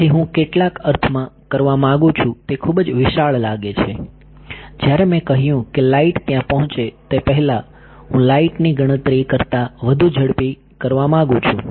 તેથી હું કેટલાક અર્થમાં કરવા માંગુ છું તે ખૂબ જ વિશાળ લાગે છે જ્યારે મેં કહ્યું કે લાઇટ ત્યાં પહોંચે તે પહેલા હું લાઇટ ની ગણતરી કરતાં વધુ ઝડપી કરવા માંગુ છું